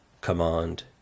command